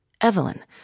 Evelyn